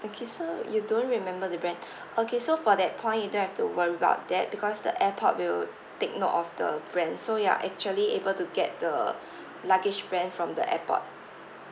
okay so you don't remember the brand okay so for that point you don't have to worry about that because the airport will take note of the brand so you are actually able to get the luggage brand from the airport